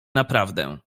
naprawdę